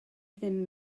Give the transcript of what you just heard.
ddim